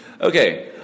Okay